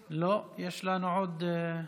לא, יש לנו עוד.